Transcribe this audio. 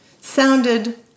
Sounded